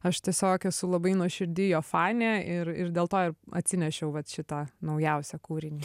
aš tiesiog esu labai nuoširdi jo fanė ir ir dėl to ir atsinešiau vat šitą naujausią kūrinį